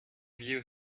view